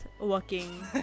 working